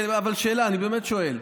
אבל שאלה, אני באמת שואל.